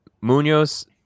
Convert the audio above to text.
Munoz